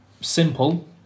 simple